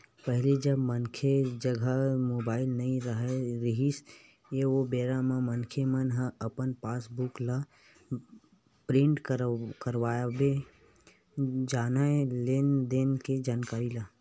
पहिली जब मनखे जघा मुबाइल नइ राहत रिहिस हे ओ बेरा म मनखे मन ह अपन पास बुक ल प्रिंट करवाबे जानय लेन देन के जानकारी ला